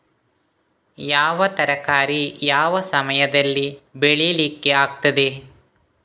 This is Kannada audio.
ಯಾವ ತರಕಾರಿ ಯಾವ ಸಮಯದಲ್ಲಿ ಬೆಳಿಲಿಕ್ಕೆ ಆಗ್ತದೆ?